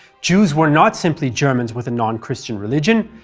jews were not simply germans with a non-christian religion,